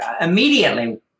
immediately